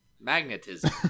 Magnetism